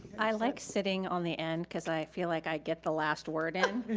i like sitting on the end because i feel like i get the last word in,